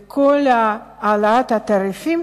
וכל העלאת התעריפים